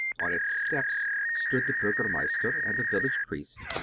on its steps stood the burgomeister and the village priest,